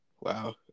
Wow